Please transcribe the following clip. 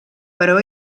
però